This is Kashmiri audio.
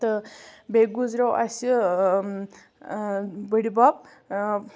تہٕ بیٚیہِ گُزریو اَسہِ بٕڈبَب